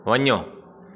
वञो